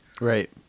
right